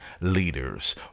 leaders